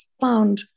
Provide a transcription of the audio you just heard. found